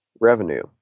revenue